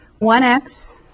1x